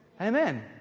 Amen